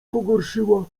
pogorszyła